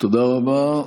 תודה רבה.